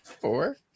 four